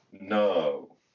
No